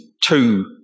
two